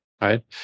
right